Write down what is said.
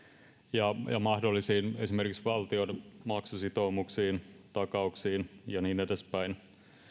ja ja mahdollisiin esimerkiksi valtion maksusitoumuksiin takauksiin ja niin edespäin